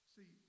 See